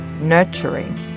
nurturing